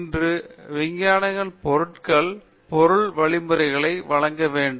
இன்று விஞ்ஞானிகள் பொருட்கள் பொருள் வழிமுறைகளை வழங்க வேண்டும்